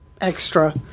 extra